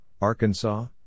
Arkansas